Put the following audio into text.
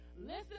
Listen